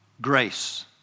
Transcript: grace